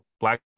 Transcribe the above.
Black